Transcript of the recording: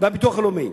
והביטוח הלאומי.